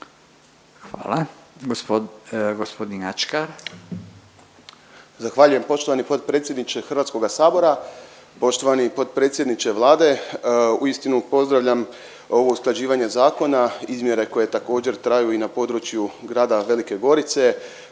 Hvala. Gospodin Ačkar.